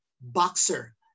boxer